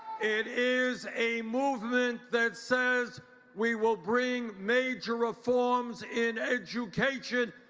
it is a movement that says we will bring major reforms in education,